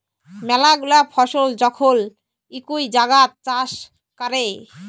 ম্যালা গুলা ফসল যখল ইকই জাগাত চাষ ক্যরে